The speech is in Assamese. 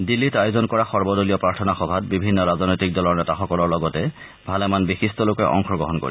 দিল্লীত আয়োজন কৰা সৰ্বদলীয় প্ৰাৰ্থনা সভাত বিভিন্ন ৰাজনৈতিক দলৰ নেতাসকলৰ লগতে ভালেমান বিশিষ্ট লোকে অংশগ্ৰহণ কৰিব